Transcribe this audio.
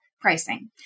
Pricing